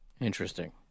Interesting